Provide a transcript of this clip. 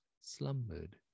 slumbered